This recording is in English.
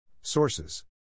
Sources